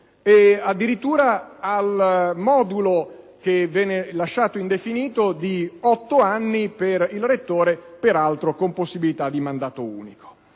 e addirittura al modulo che viene lasciato indefinito di otto anni per il rettore, peraltro con possibilità di mandato unico.